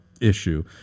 issue